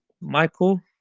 Michael